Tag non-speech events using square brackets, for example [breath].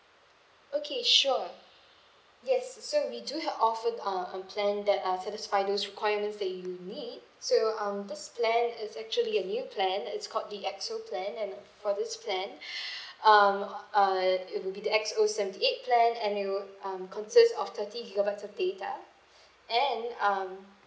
okay sure yes so we do h~ offer uh a plan that uh satisfy those requirements that you need so um this plan is actually a new plan it's called the X O plan and for this plan [breath] um uh it will be the X O seventy eight plan and it will um consist of thirty gigabytes of data and um